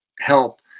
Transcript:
help